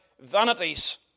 vanities